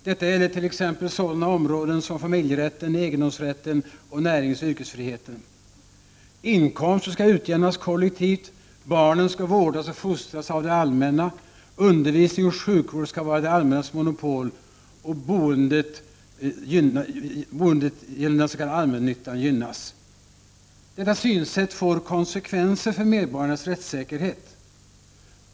Detta gäller t.ex. sådana områden som familjerätten, egen domsrätten och näringsoch yrkesfriheten. Inkomster skall utjämnas kollek — Prot. 1989/90:36 tivt, barnen skall vårdas och fostras av det allmänna, undervisning och sjuk 30 november 1990 vård skall vara det allmännas monopol och boendet skall gynnasgenomnden Z—H s.k. allmännyttan. Detta synsätt får konsekvenser för medborgarnas rättssäkerhet.